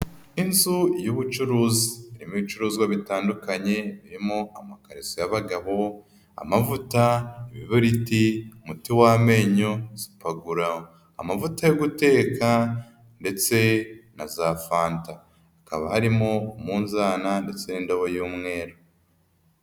Inzu y'ubucuruzi, irimo ibicuruzwa bitandukanye, harimo amakariso ya bagabo, amavuta, ibibiriti, umuti w'amenyo, supaguru, amavuta yo guteka ndetse na za fanta, hakaba harimo umunzana ndetse n'indobo y'umweru.